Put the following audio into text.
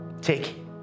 Take